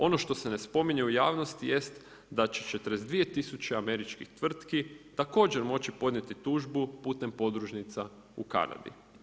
Ono što se ne spominje u javnosti jest da će 42000 američkih tvrtki također moći podnijeti tužbu putem podružnica u Kanadi.